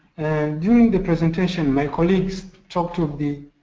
during the presentation, my colleagues talked of the